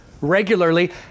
Regularly